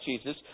Jesus